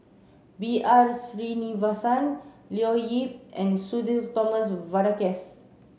B R Sreenivasan Leo Yip and Sudhir Thomas Vadaketh